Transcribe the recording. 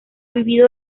vivido